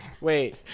Wait